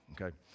okay